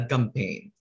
Campaign